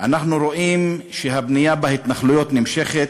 אנחנו רואים שהבנייה בהתנחלויות נמשכת.